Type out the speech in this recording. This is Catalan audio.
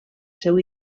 seu